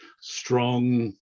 strong